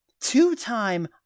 two-time